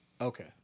Okay